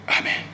amen